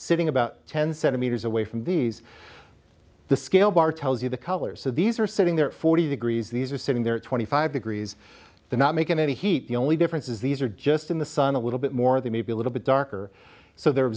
sitting about ten centimeters away from these the scale bar tells you the colors so these are sitting there forty degrees these are sitting there twenty five degrees the not making any heat the only difference is these are just in the sun a little bit more they may be a little bit darker so they're